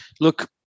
look